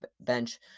bench